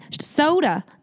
soda